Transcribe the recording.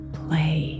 play